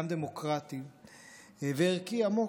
גם דמוקרטי וערכי עמוק.